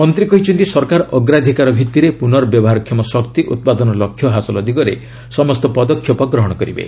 ମନ୍ତ୍ରୀ କହିଛନ୍ତି ସରକାର ଅଗ୍ରାଧିକାର ଭିତ୍ତିରେ ପୁର୍ନବ୍ୟବହାରକ୍ଷମ ଶକ୍ତି ଉତ୍ପାଦନ ଲକ୍ଷ୍ୟ ହାସଲ ଦିଗରେ ସମସ୍ତ ପଦକ୍ଷେପ ଗ୍ରହଣ କରିବେ